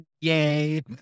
yay